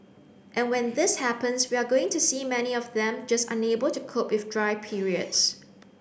and when this happens we are going to see many of them just unable to cope with dry periods